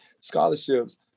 scholarships